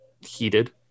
heated